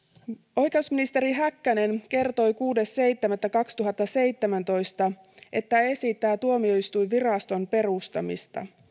oikeusministeri häkkänen kertoi kuudes seitsemättä kaksituhattaseitsemäntoista että esittää tuomioistuinviraston perustamista